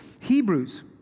Hebrews